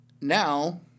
Now